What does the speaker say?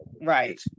right